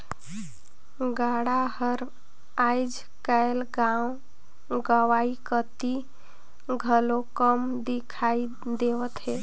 गाड़ा हर आएज काएल गाँव गंवई कती घलो कम दिखई देवत हे